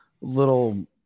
little